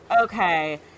okay